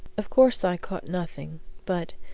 of course i caught nothing but,